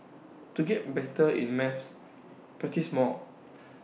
to get better in maths practise more